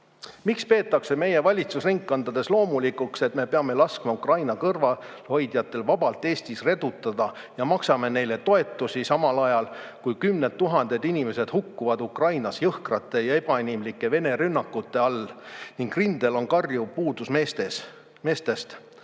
Miks peetakse meie valitsusringkondades loomulikuks, et me peame laskma Ukraina [kaitsmisest] kõrvalehoidjatel vabalt Eestis redutada ja maksame neile toetusi, samal ajal kui kümned tuhanded inimesed hukkuvad Ukrainas jõhkrate ja ebainimlike Vene rünnakute all ning rindel on karjuv puudus meestest?